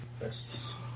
Yes